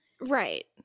Right